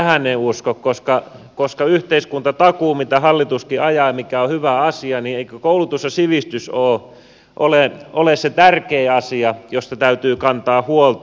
tähän en usko koska on yhteiskuntatakuu mitä hallituskin ajaa ja mikä on hyvä asia ja eikö koulutus ja sivistys ole se tärkein asia josta täytyy kantaa huolta